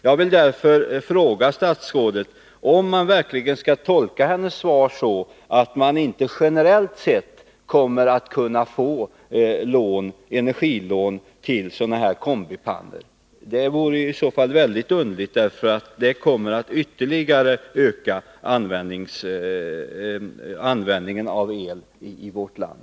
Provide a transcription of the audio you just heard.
Jag vill därför fråga statsrådet om man verkligen skall tolka hennes svar så att det inte generellt sett kommer att kunna utgå energilån till sådana här kombipannor. Det vore mycket underligt, eftersom en sådan möjlighet skulle ytterligare öka användningen av el i vårt land.